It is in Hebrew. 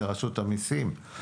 לרשות המיסים,